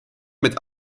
mit